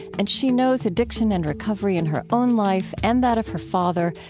and she knows addiction and recovery in her own life and that of her father,